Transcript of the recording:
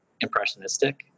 impressionistic